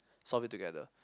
solve it together